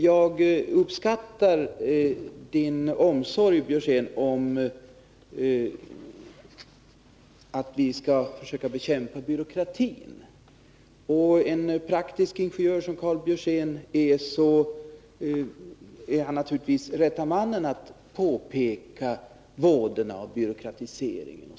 Jag uppskattar att Karl Björzén är mån om att vi skali bekämpa byråkratin. Som praktisk ingenjör är naturligtvis Karl Björzén rätte mannen att påpeka vådorna av byråkratiseringen.